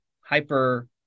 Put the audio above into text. hyper